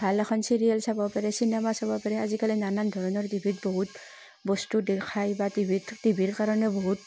ভাল এখন চিৰিয়েল চাব পাৰে চিনেমা চাব পাৰে আজিকালি নানান ধৰণৰ টিভিত বহুত বস্তু দেখায় বা টিভিত টিভিৰ কাৰণে বহুত